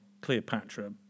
Cleopatra